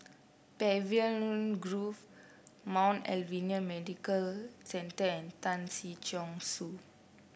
Pavilion Grove Mount Alvernia Medical Centre and Tan Si Chong Su